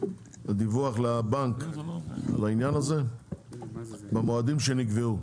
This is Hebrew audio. דיווח לבנק על העניין הזה במועדים שנקבעו,